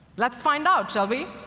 let's find out, shall we?